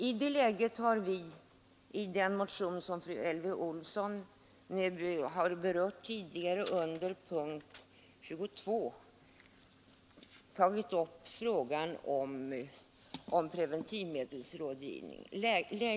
I detta läge har vi i den motion som fru Elvy Olsson har berört under punkten 22 tagit upp frågan om preventivmedelsrådgivning.